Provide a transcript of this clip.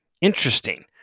Interesting